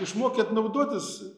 išmokėt naudotis